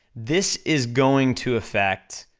this is going to effect,